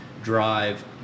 drive